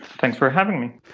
thanks for having me.